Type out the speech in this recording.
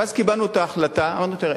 ואז קיבלנו את ההחלטה, אמרנו: תראה,